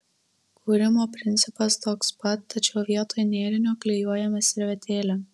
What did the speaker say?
kūrimo principas toks pat tačiau vietoj nėrinio klijuojame servetėlę